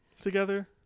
together